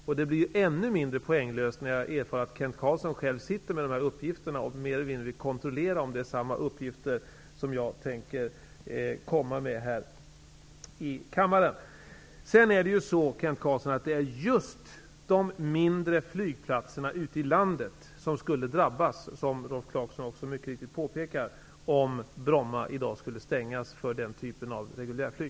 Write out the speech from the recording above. Det här blir ännu mer poänglöst när jag erfar att Kent Carlsson själv har uppgifterna och mer eller mindre vill kontrollera om jag tänker lägga fram samma uppgifter i kammaren. Det är just de mindre flygplatserna i landet, Kent Carlsson, som skulle drabbas -- som Rolf Clarkson mycket riktigt påpekar -- om Bromma skulle stängas i dag för den typen av reguljärflyg.